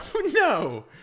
No